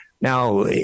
Now